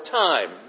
time